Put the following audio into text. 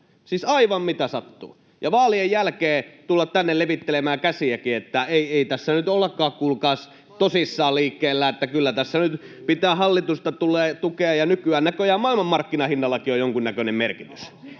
Siis aivan mitä sattuu, ja vaalien jälkeen tullaan tänne levittelemään käsiä, että ei, ei tässä nyt, kuulkaas, ollakaan tosissaan liikkeellä, että kyllä tässä nyt pitää hallitusta tukea. Ja nykyään näköjään maailmanmarkkinahinnallakin on jonkunnäköinen merkitys.